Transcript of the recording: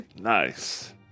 Nice